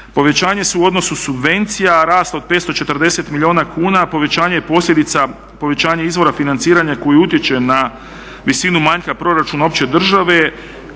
Povećanje su u odnosu subvencija, rast od 540 milijuna kuna, povećanje je posljedica povećanja izvora financiranja koji utječe na visinu manjka proračuna opće države.